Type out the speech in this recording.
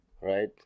Right